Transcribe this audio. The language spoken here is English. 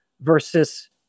versus